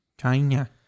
China